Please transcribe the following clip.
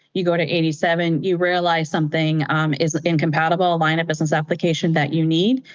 you go and eighty seven, you realize something is incompatible, line of business application that you need.